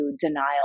denial